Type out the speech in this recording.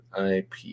IP